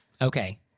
Okay